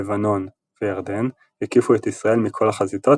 לבנון וירדן הקיפו את ישראל מכל החזיתות